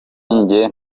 njye